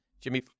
Jimmy